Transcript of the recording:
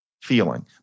feeling